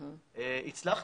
הצלחנו.